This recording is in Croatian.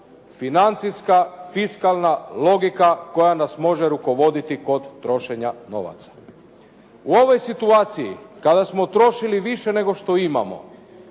financijska fiskalna logika koja nas može rukovoditi kod trošenja novaca. U ovoj situaciji kada smo trošili više nego što imamo